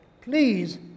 please